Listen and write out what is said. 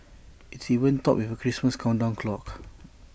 it's even topped with A Christmas countdown clock